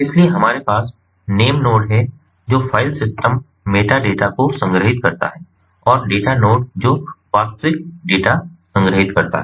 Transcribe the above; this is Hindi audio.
इसलिए हमारे पास नेम नोड है जो फ़ाइल सिस्टम मेटा डेटा को संग्रहीत करता है और डेटा नोड जो वास्तविक डेटा संग्रहीत करता है